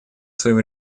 своим